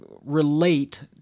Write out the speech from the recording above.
relate